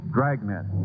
Dragnet